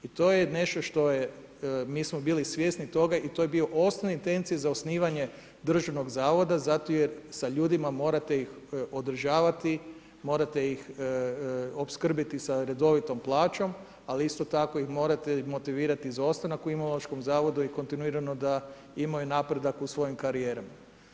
I to je nešto što je, mi smo bili svjesni toga i to je bio osnov intencije za osnivanje Državnog zavoda zato jer sa ljudima morate ih održavati, morate ih opskrbiti sa redovitom plaćom, ali isto tako ih morate motivirati za ostanak u Imunološkom zavodu i kontinuirano da imaju napredak u svojim karijerama.